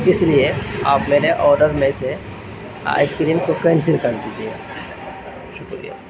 اس لیے آپ میرے آڈر میں سے آئس کریم کو کینسل کر دیجیے شکریہ